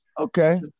okay